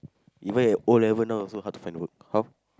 even if O-level now also hard to find work how